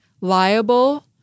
liable